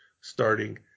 starting